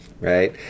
right